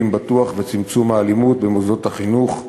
בטוח וצמצום האלימות במוסדות החינוך,